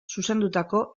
zuzendutako